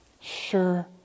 Sure